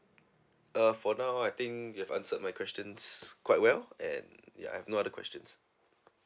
uh for now I think you've answered my questions quite well and ya I've no other questions